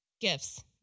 Gifts